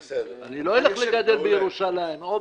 אני לא אלך לגדל בירושלים או במרגליות.